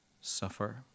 suffer